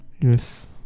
Yes